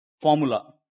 formula